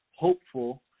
hopeful